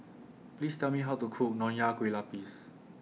Please Tell Me How to Cook Nonya Kueh Lapis